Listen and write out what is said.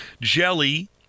Jelly